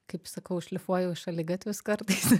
kaip sakau šlifuoju šaligatvius kartais